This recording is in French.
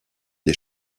des